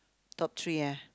top three ah